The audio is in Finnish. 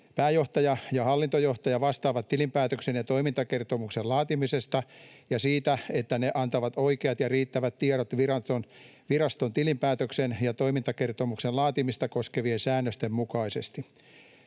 Pääjohtaja ja hallintojohtaja vastaavat tilinpäätöksen ja toimintakertomuksen laatimisesta ja siitä, että ne antavat oikeat ja riittävät tiedot viraston tilinpäätöksen ja toimintakertomuksen laatimista koskevien säännösten mukaisesti.